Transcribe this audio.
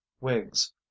wigs